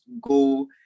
go